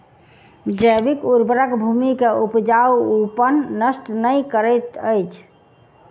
जैविक उर्वरक भूमि के उपजाऊपन नष्ट नै करैत अछि